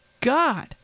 God